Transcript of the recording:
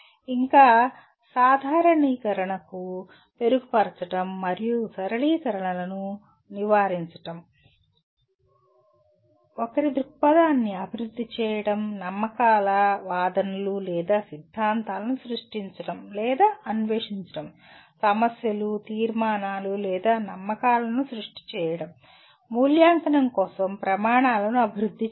ఇంకా సాధారణీకరణలను మెరుగుపరచడం మరియు సరళీకరణలను నివారించడం ఒకరి దృక్పథాన్ని అభివృద్ధి చేయడం నమ్మకాల వాదనలు లేదా సిద్ధాంతాలను సృష్టించడం లేదా అన్వేషించడం సమస్యలు తీర్మానాలు లేదా నమ్మకాలను స్పష్టం చేయడం మూల్యాంకనం కోసం ప్రమాణాలను అభివృద్ధి చేయడం